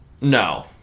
no